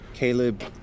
Caleb